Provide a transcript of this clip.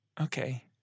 okay